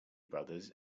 brothers